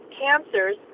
cancers